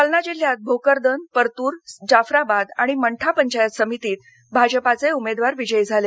जालना जिल्ह्यात भोकरदन परतूर जाफराबाद आणि मंठा पंचायत समितीत भाजपाचे उमेदवार विजयी झाले